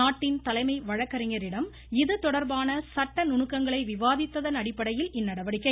நாட்டின் தலைமை வழக்கறிஞரிடம் இதுதொடர்பான சட்ட நுணுக்கங்களை விவாதித்ததன் அடிப்படையில் இந்நடவடிக்கை